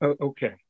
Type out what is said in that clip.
Okay